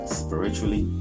spiritually